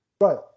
Right